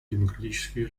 демократические